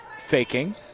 faking